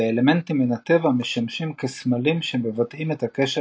ואלמנטים מן הטבע משמשים כסמלים שמבטאים את הקשר